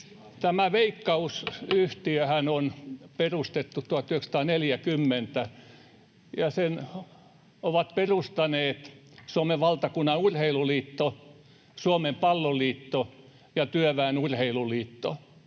Puhemies koputtaa] on perustettu 1940. Sen ovat perustaneet Suomen Valtakunnan Urheiluliitto, Suomen Palloliitto ja Työväen Urheiluliitto.